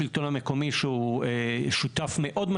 לגבי הנציגות בוועדות,